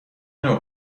نوع